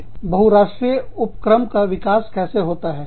के बहुराष्ट्रीय उपक्रम का विकास कैसे होता है